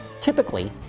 typically